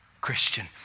Christian